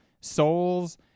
souls